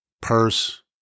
purse